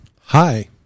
Hi